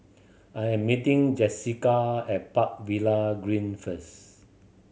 I am meeting Jessika at Park Villa Green first